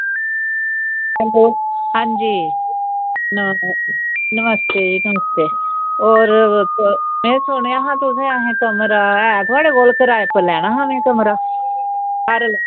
hello आं जी नमस्ते नमस्ते होर में सुनेआ हा तुसें कोल ऐ कमरा में किराये उप्पर लैना हा कमरा